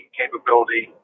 capability